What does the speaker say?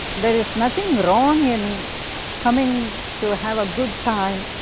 there is nothing wrong in coming to have a good time,